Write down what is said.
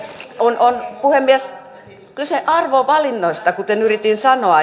on puhemies kyse arvovalinnoista kuten yritin sanoa